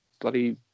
bloody